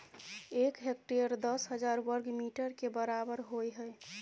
एक हेक्टेयर दस हजार वर्ग मीटर के बराबर होय हय